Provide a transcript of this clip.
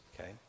Okay